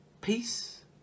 Peace